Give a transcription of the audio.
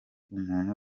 umuntu